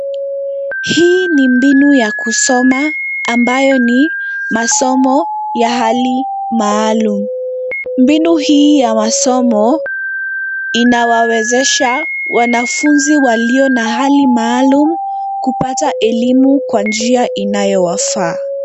Hii ni mbinu ya kusoma ambayo ni masomo ya hali maalumu. Mbinu hii ya masomo inawawezesha wanafunzi walio na hali maalumu kupata elimu kwa njia inayo wafaa.